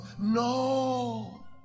no